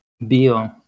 bio